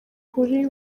kuri